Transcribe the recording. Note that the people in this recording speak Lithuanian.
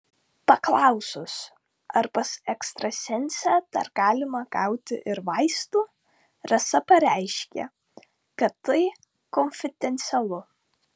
paklausus ar pas ekstrasensę dar galima gauti ir vaistų rasa pareiškė kad tai konfidencialu